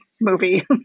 movie